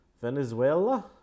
Venezuela